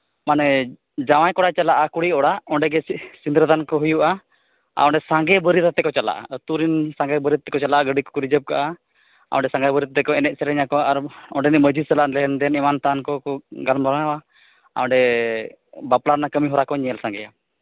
ᱢᱟᱱᱮ ᱡᱟᱶᱟᱭ ᱠᱚᱲᱟᱭ ᱪᱟᱞᱟᱜᱼᱟ ᱠᱩᱲᱤ ᱚᱲᱟᱜ ᱚᱸᱰᱮ ᱜᱮ ᱥᱤᱸᱫᱽᱨᱟᱹ ᱫᱟᱱ ᱠᱚ ᱦᱩᱭᱩᱜᱼᱟ ᱟᱨ ᱚᱸᱰᱮ ᱥᱟᱸᱜᱮ ᱵᱟᱹᱨᱭᱟᱹᱛᱟᱛᱮᱫ ᱚᱠ ᱪᱟᱞᱟᱜᱼᱟ ᱟᱛᱳ ᱨᱮᱱ ᱥᱟᱸᱜᱮ ᱵᱟᱹᱨᱭᱟᱹᱛ ᱟᱛᱮᱫ ᱠᱚ ᱪᱟᱞᱟᱜᱼᱟ ᱜᱟᱹᱰᱤ ᱠᱚᱠᱚ ᱨᱤᱡᱟᱹᱵᱽ ᱠᱟᱜᱼᱟ ᱚᱸᱰᱮ ᱥᱟᱸᱜᱮ ᱵᱟᱹᱨᱭᱟᱹᱛ ᱛᱮᱠᱚ ᱮᱱᱮᱡᱽᱼᱥᱮᱨᱮᱧᱟᱠᱚ ᱟᱨ ᱚᱸᱰᱮ ᱱᱤᱡ ᱢᱟᱹᱡᱷᱤ ᱥᱟᱞᱟᱜ ᱞᱮᱱᱫᱮᱱ ᱮᱢᱟᱱ ᱛᱮᱱᱟᱜ ᱠᱚ ᱜᱟᱞᱢᱟᱨᱟᱣᱟ ᱟᱨ ᱚᱸᱰᱮ ᱵᱟᱯᱞᱟ ᱨᱮᱱᱟᱜ ᱠᱟᱹᱢᱤᱦᱚᱨᱟ ᱠᱚ ᱧᱮᱞ ᱥᱟᱸᱜᱮᱭᱟ